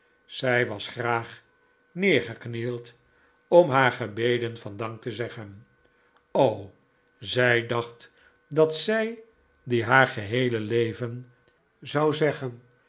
zij was graag neergeknield om daar haar gebeden van dank te zeggen o zij dacht dat zij die haar geheele leven zou zeggen